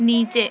نیچے